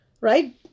right